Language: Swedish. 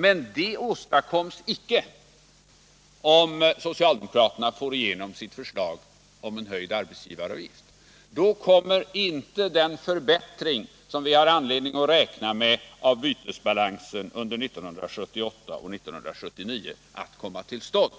Men detta skulle inte åstadkommas om socialdemokraterna får igenom sitt förslag om en höjd arbetsgivaravgift. Då kommer inte den förbättring av bytesbalansen under åren 1978 och 1979, som vi har anledning att räkna med, till stånd.